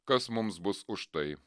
kas mums bus už tai